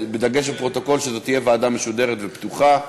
בדגש, לפרוטוקול, שזו תהיה ועדה משודרת ופתוחה.